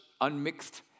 unmixed